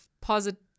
positive